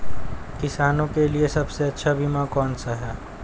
किसानों के लिए सबसे अच्छा बीमा कौन सा है?